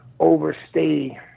overstay